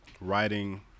writing